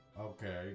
Okay